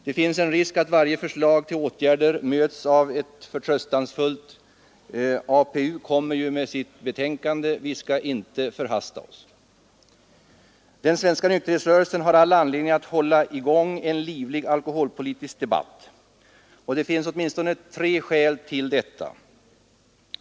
Det finns en risk att varje förslag till åtgärder möts med ett förtröstansfullt: ”APU kommer ju med sitt betänkande, vi skall inte förhasta oss.” Den svenska nykterhetsrörelsen har all anledning att hålla i gång en livlig alkoholpolitisk debatt. Det finns åtminstone tre skäl härför.